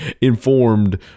informed